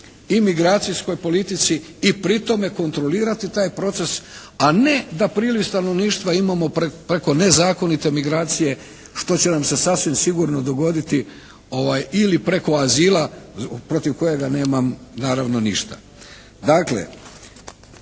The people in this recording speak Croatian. i migracijskoj politici i pri tome kontrolirati taj proces, a ne da priliv stanovništva imamo preko nezakonite migracije što će nam se sasvim sigurno dogoditi ili preko azila protiv kojega nemam naravno ništa. Dakle,